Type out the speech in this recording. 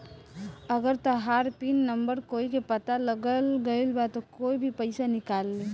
अगर तहार pin number कोई के पता लाग गइल त कोई भी पइसा निकाल ली